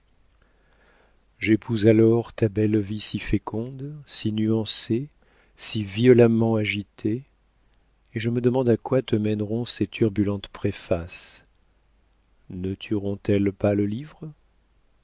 j'épouse alors ta belle vie si féconde si nuancée si violemment agitée et je me demande à quoi te mèneront ces turbulentes préfaces ne tueront elles pas le livre